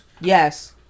Yes